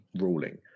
ruling